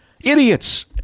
Idiots